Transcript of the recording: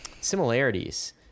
similarities